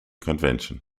convention